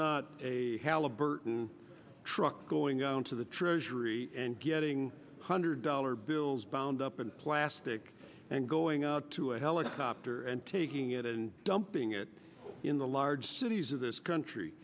not a halliburton truck going down to the treasury and getting hundred dollar bills bound up in plastic and going out to a helicopter and taking it and dumping it in the large cities of this country